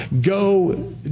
go